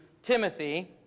Timothy